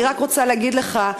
אני רק רוצה להגיד לך: